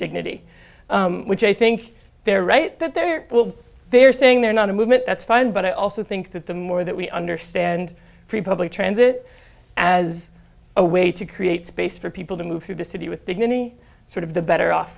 dignity which i think they're right that they're they're saying they're not a movement that's fine but i also think that the more that we understand free public transit as a way to create space for people to move through the city with dignity sort of the better off